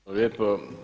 Hvala lijepo.